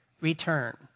return